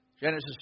Genesis